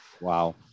Wow